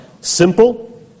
simple